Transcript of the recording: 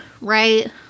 right